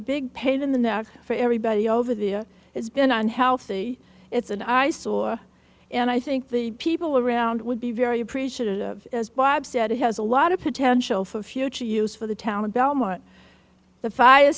a big pain in the neck for everybody over there it's been unhealthy it's an eyesore and i think the people around would be very appreciative as bob said it has a lot of potential for future use for the town in belmont the fire